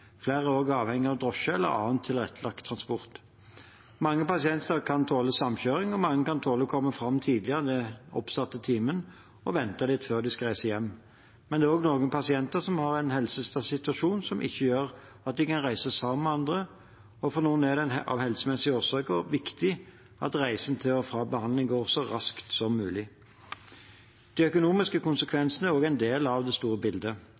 Flere er også avhengige av drosje eller annen tilrettelagt transport. Mange pasienter kan tåle samkjøring, og mange kan tåle å komme fram tidligere enn den oppsatte timen og vente litt før de skal reise hjem, men det er også noen pasienter som har en helsesituasjon som gjør at de ikke kan reise sammen med andre, og for noen er det av helsemessige årsaker viktig at reisen til og fra behandling går så raskt som mulig. De økonomiske konsekvensene er også en del av det store